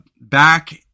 back